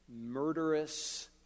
murderous